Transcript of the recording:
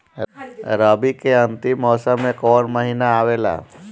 रवी के अंतिम मौसम में कौन महीना आवेला?